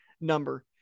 number